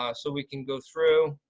ah so we can go through.